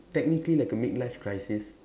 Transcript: technically like a mid life crisis